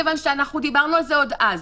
כיוון שאנחנו דיברנו על זה עוד אז.